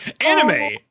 anime